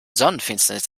sonnenfinsternis